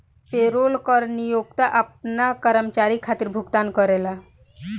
payroll कर नियोक्ता आपना कर्मचारी खातिर भुगतान करेला